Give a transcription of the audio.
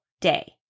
day